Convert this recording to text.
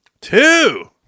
Two